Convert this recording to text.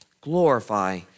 glorify